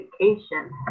education